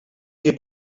que